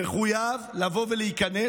הוא מחויב לבוא ולהיכנס,